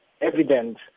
evident